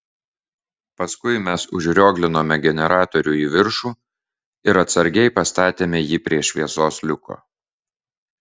paskui mes užrioglinome generatorių į viršų ir atsargiai pastatėme jį prie šviesos liuko